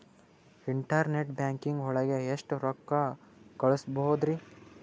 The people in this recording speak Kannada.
ಇಂಟರ್ನೆಟ್ ಬ್ಯಾಂಕಿಂಗ್ ಒಳಗೆ ಎಷ್ಟ್ ರೊಕ್ಕ ಕಲ್ಸ್ಬೋದ್ ರಿ?